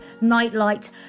nightlight